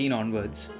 onwards